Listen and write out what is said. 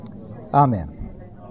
Amen